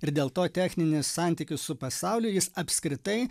ir dėl to techninis santykis su pasauliu jis apskritai